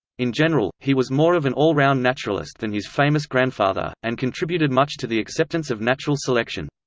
in general, he was more of an all-round naturalist than his famous grandfather, and contributed much to the acceptance of natural selection.